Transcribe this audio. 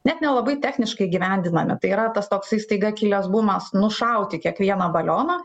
net nelabai techniškai įgyvendinami tai yra tas toksai staiga kilęs bumas nušauti kiekvieną balioną